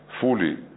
fully